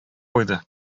куйды